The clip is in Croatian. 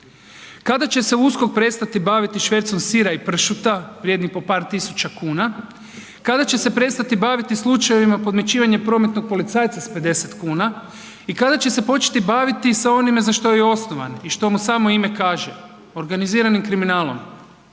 Kada će se USKOK prestati baviti švercom sira i pršuta vrijedni po par tisuća kuna, kada će se prestati baviti slučajevima podmićivanja prometnog policajca sa 50,00 kuna, i kada će se početi baviti sa onime za što je i osnovano, i što mu samo ime kaže, organiziranim kriminalom.